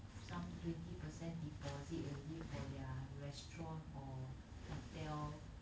some twenty percent deposit already for their restaurant or hotel